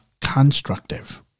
constructive